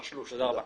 תודה רבה.